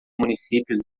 municípios